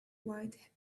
white